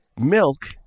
Milk